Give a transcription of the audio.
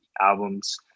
albums